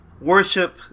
worship